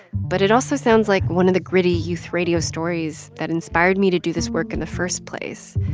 but it also sounds like one of the gritty youth radio stories that inspired me to do this work in the first place.